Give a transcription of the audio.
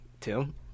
Tim